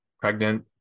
pregnant